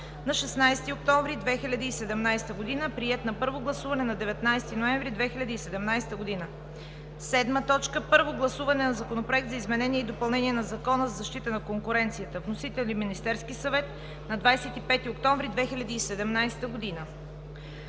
на 16 октомври 2017 г. Приет е на първо гласуване на 19 ноември 2017 г. 7. Първо гласуване на Законопроект за изменение и допълнение на Закона за защита на конкуренцията. Вносител е Министерският съвет на 25 октомври 2017 г.